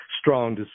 strong